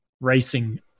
racing